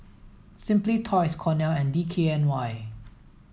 Simply Toys Cornell and D K N Y